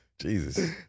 Jesus